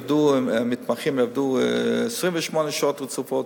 זה שמתמחים יעבדו 28 שעות רצופות,